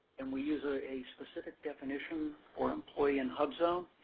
and we use ah a specific definition for employee in hubzone.